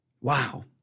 Wow